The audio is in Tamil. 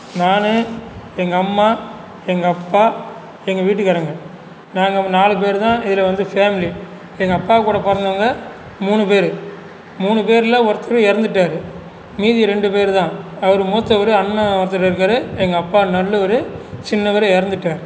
நானு எங்கள் அம்மா எங்கள் அப்பா எங்கள் வீட்டுக்காரங்கள் நாங்கள் நாலு பேரு தான் இதில் வந்து ஃபேமிலி எங்கள் அப்பாக்கூட பிறந்தவங்க மூணு பேரு மூணு பேருல ஒருத்தரு இறந்துட்டாரு மீதி ரெண்டு பேருதான் அவரு மூத்தவரு அண்ணன் ஒருத்தர் இருக்காரு எங்கள் அப்பா நடுளவரு சின்னவர் இறந்துட்டாரு